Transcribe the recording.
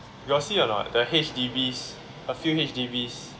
you got see a not the H_D_Bs a few H_D_Bs